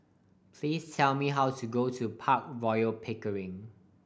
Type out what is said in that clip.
please tell me how to go to Park Royal On Pickering